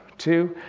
two,